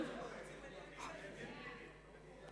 ההצעה להעביר את הנושא